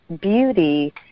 beauty